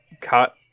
cut